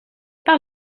par